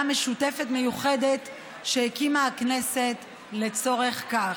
משותפת מיוחדת שהקימה הכנסת לצורך זה.